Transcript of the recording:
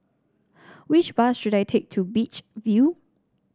which bus should I take to Beach View